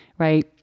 Right